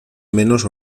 menos